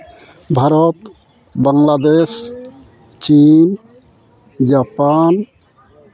ᱵᱷᱟᱨᱚᱛ ᱵᱟᱝᱞᱟᱫᱮᱥ ᱪᱤᱱ ᱡᱟᱯᱟᱱ